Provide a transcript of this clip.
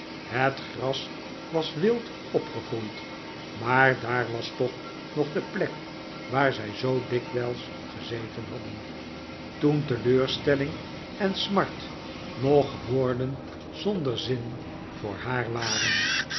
het gras was wild opgegroeid maar daar was toch nog de plek waar zij zoo dikwijls gezeten hadden toen teleurstelling en smart nog woorden zonder zin voor haar waren